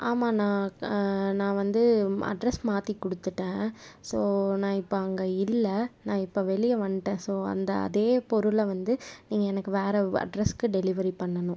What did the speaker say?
ஆமாண்ணா நான் வந்து அட்ரஸ் மாற்றி கொடுத்துட்டேன் ஸோ நான் இப்போ அங்கே இல்லை நான் இப்போ வெளியே வந்துட்டேன் ஸோ அந்த அதே பொருளை வந்து நீங்கள் எனக்கு வேறு அட்ரஸுக்கு டெலிவரி பண்ணனும்